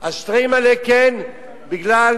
שטריימל כן, מכיוון